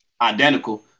identical